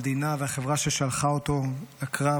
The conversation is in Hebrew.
המדינה והחברה ששלחה אותו לקרב,